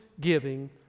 giving